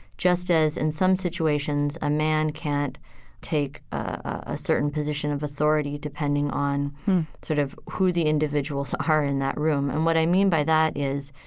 just as in some situations, a man can't take a certain position of authority depending on sort of who the individuals are in that room. and what i mean by that is,